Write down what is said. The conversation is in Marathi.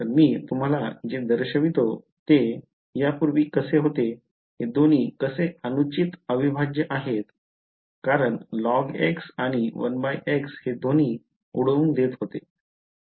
तर मी तुम्हाला जे दर्शवितो ते यापूर्वी कसे होते हे दोन्ही कसे अनुचित अविभाज्य आहेत कारण log आणि १x हे दोन्ही उडवून देत होते